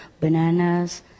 bananas